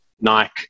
Nike